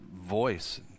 voice